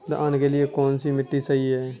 धान के लिए कौन सी मिट्टी सही है?